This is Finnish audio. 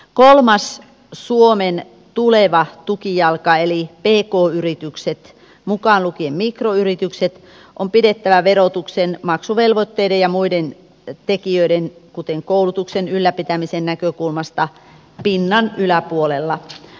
kolmas suomen tuleva tukijalka eli pk yritykset mukaan lukien mikroyritykset on pidettävä verotuksen maksuvelvoitteiden ja muiden tekijöiden kuten koulutuksen ylläpitämisen näkökulmasta pinnan yläpuolella